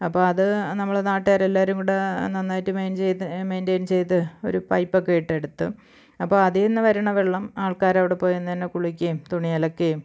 അപ്പം അത് നമ്മൾ നാട്ടുകാർ എല്ലാവരും കൂടെ നന്നായിട്ട് മെയിൻ ചെയ്ത് മെയിന്റെയിന് ചെയ്ത് ഒരു പൈപ്പ് ഒക്കെ ഇട്ട് എടുത്തു അപ്പോൾ അതിൽ നിന്ന് വരുന്ന വെള്ളം ആൾക്കാർ അവിടെ പോയി നിന്ന് തന്നെ കുളിക്കുവേം തുണി അലക്കുവേം